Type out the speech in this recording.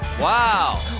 Wow